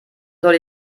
soll